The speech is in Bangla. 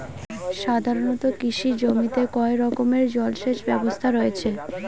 সাধারণত কৃষি জমিতে কয় রকমের জল সেচ ব্যবস্থা রয়েছে?